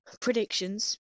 predictions